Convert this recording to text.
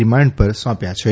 remand પર સોંપ્યા છે